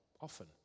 often